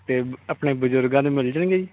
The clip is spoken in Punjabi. ਅਤੇ ਬ ਆਪਣੇ ਬਜ਼ੁਰਗਾਂ ਨੂੰ ਮਿਲ ਜਾਣਗੇ ਜੀ